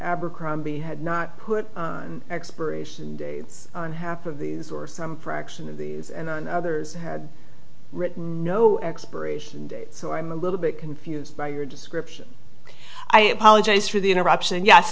abercrombie had not put expiration dates on half of these or some fraction of the others had written no expiration date so i'm a little bit confused by your description i apologize for the interruption